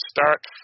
start